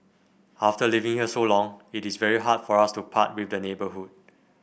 after living here so long it is very hard for us to part with the neighbourhood